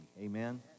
Amen